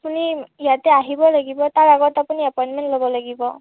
আপুনি ইয়াতে আহিব লাগিব তাৰ আগত আপুনি এপইণ্টমেণ্ট ল'ব লাগিব